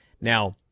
Now